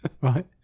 Right